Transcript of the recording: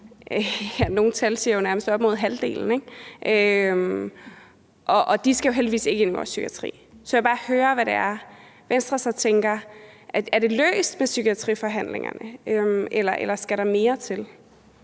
nogle tal siger jo op mod halvdelen, ikke? De skal jo heldigvis ikke ind i vores psykiatri. Så jeg vil bare høre, hvad det er, Venstre så tænker: Er det løst med psykiatriforhandlingerne, eller skal der mere til?